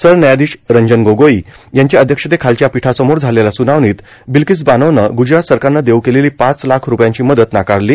सरन्यायाधीश रंजन गोगोई यांच्या अध्यक्षतेखालच्या पीठासमोर झालेल्या सुनावणीत र्ाबल्किस बानोनं ग्रजरात सरकारनं देऊ केलेली पाच लाख रुपयांची मदत नाकारलो